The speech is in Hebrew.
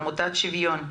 שוויון.